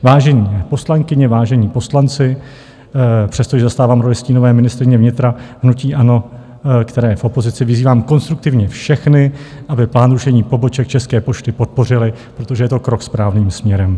Vážené poslankyně, vážení poslanci, přestože zastávám roli stínové ministryně vnitra hnutí ANO, které je v opozici, vyzývám konstruktivně všechny, aby plán rušení poboček České pošty podpořili, protože je to krok správným směrem.